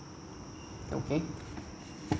okay